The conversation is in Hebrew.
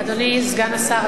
אדוני סגן השר,